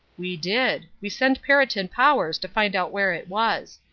we did. we sent perriton powers to find out where it was.